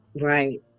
right